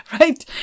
Right